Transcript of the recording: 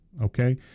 okay